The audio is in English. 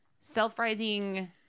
self-rising